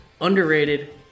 underrated